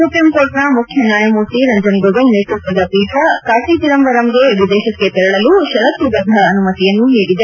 ಸುಪ್ರೀಂಕೋರ್ಟ್ನ ಮುಖ್ಯ ನ್ಯಾಯಮೂರ್ತಿ ರಂಜನ್ ಗೋಗಯ್ ನೇತೃತ್ವದ ಪೀಠ ಕಾರ್ತಿ ಚಿದಂಬರಂಗೆ ವಿದೇಶಕ್ಕೆ ತೆರಳಲು ಪರತ್ತುಬದ್ದ ಅನುಮತಿಯನ್ನು ನೀಡಿದೆ